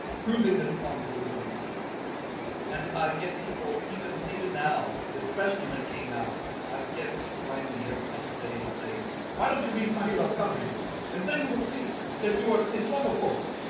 proving that islam is a religion of peace and i get people even even now especially when it came out i would get people writing me every couple days saying why don't you be talking about country and then you will see that you are islamaphobe